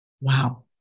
Wow